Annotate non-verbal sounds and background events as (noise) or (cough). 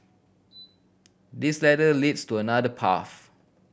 (noise) this ladder leads to another path